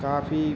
काफ़ी